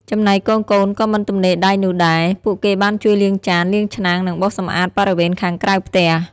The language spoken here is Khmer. ចំណែកកូនៗក៏មិនទំនេរដៃនោះដែរ ពួកគេបានជួយលាងចាន លាងឆ្នាំង និងបោសសម្អាតបរិវេណខាងក្រៅផ្ទះ។